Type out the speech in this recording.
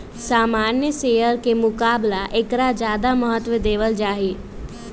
सामान्य शेयर के मुकाबला ऐकरा ज्यादा महत्व देवल जाहई